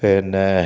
പിന്നേ